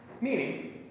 Meaning